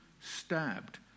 stabbed